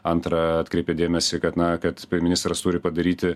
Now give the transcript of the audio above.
antra atkreipė dėmesį kad na kad ministras turi padaryti